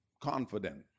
confident